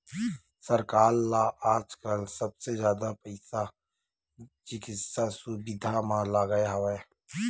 सरकार ल आजकाल सबले जादा पइसा चिकित्सा सुबिधा म लगे हवय